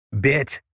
bit